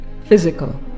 physical